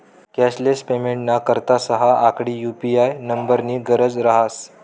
cashless पेमेंटना करता सहा आकडी यु.पी.आय नम्बरनी गरज रहास